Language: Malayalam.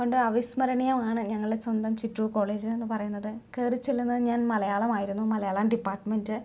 കൊണ്ട് അവിസ്മരണീയമാണ് ഞങ്ങളുടെ സ്വന്തം ചിറ്റൂർ കോളേജ് എന്ന് പറയുന്നത് കയറി ചെല്ലുന്നത് ഞാൻ മലയാളമായിരുന്നു മലയാളം ഡിപ്പാർട്മെൻറ്